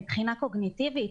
מבחינה קוגנטיבית?